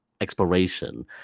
exploration